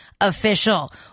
Official